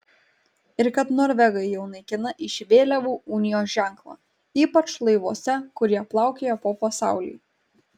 ir kad norvegai jau naikina iš vėliavų unijos ženklą ypač laivuose kurie plaukioja po pasaulį